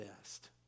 best